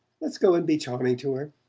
let's go and be charming to her.